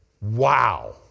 Wow